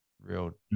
Real